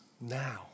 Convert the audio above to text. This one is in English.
now